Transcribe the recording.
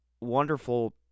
wonderful